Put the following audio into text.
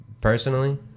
personally